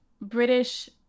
British